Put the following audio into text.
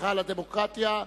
היכל הדמוקרטיה.